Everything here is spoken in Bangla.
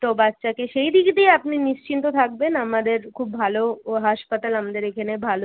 তো বাচ্চাকে সেই দিক দিয়ে আপনি নিশ্চিন্ত থাকবেন আমাদের খুব ভালো ও হাসপাতাল আমাদের এখানে ভালোই